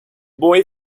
boy